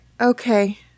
Okay